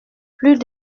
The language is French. plus